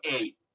eight